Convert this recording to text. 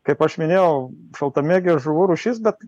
kaip aš minėjau šaltamėgė žuvų rūšis bet